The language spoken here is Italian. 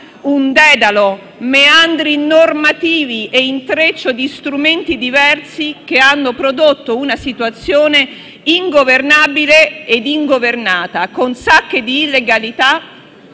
un dedalo, meandri normativi e intreccio di strumenti diversi che hanno prodotto una situazione ingovernabile e ingovernata, con sacche di illegalità